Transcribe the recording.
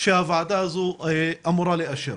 שהוועדה הזו אמורה לאשר.